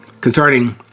concerning